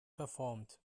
verformt